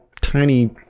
tiny